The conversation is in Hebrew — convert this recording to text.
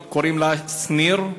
קוראים לה שׂניר,